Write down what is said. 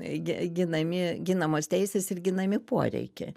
ginami ginamos teisės ir ginami poreikiai